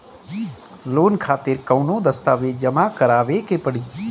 Loan खातिर कौनो दस्तावेज जमा करावे के पड़ी?